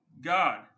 God